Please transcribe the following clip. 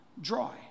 dry